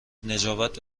نجابت